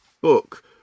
book